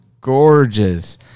gorgeous